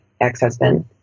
ex-husband